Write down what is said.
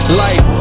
life